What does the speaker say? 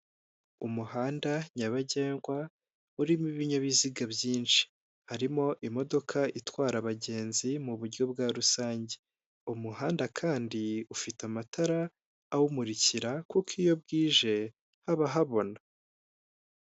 Umuhanda nyabagendwa urimo ibinyabiziga byinshi, harimo imodoka itwara abagenzi mu buryo bwa rusange, umuhanda kandi ufite amatara awumurikira kuko iyo bwije haba habona.